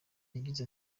yagize